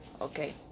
okay